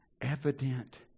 evident